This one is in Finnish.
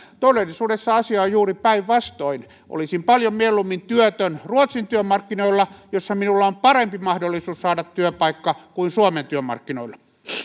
todellisuudessa asia on juuri päinvastoin olisin paljon mieluummin työtön ruotsin työmarkkinoilla jossa minulla on parempi mahdollisuus saada työpaikka kuin suomen työmarkkinoilla